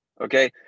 Okay